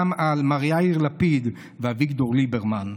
גם על מר יאיר לפיד ואביגדור ליברמן.